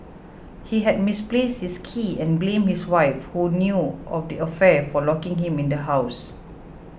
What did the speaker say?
he had misplaced his keys and blamed his wife who knew of the affair for locking him in the house